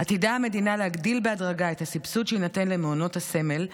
עתידה המדינה להגדיל בהדרגה את הסבסוד שיינתן למעונות הסמל,